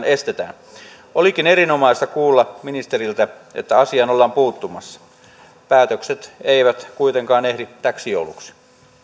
estetään olikin erinomaista kuulla ministeriltä että asiaan ollaan puuttumassa päätökset eivät kuitenkaan ehdi täksi jouluksi